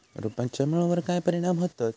रोपांच्या मुळावर काय परिणाम होतत?